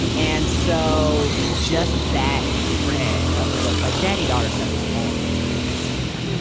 and so just that thread of the book, like daddy daughter stuff is always going to mess me up.